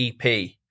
EP